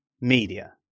media